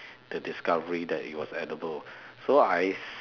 the discovery that it was edible so I s~